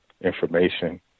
information